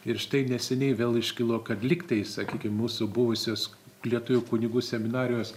ir štai neseniai vėl iškilo kad lygtai sakykim mūsų buvusios lietuvių kunigų seminarijos